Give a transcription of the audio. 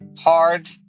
hard